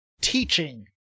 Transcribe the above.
teaching